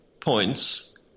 points